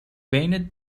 بین